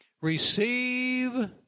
receive